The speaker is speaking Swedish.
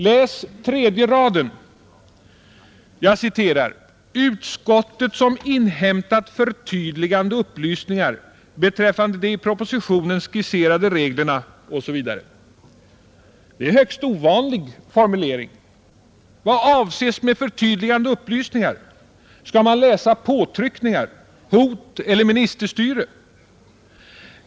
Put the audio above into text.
Läs tredje raden: ”Utskottet, som inhämtat förtydligande upplysningar beträffande de i propositionen skisserade reglerna ———.” Det är en högst ovanlig formulering. Vad avses med förtydligande upplysningar? Skall man läsa påtryckningar, hot eller ministerstyre?